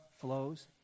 flows